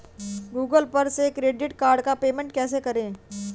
Google पर से credit card का पेमेंट कैसे करें?